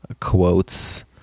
quotes